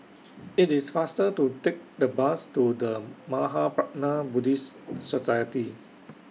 IT IS faster to Take The Bus to The Mahaprajna Buddhist Society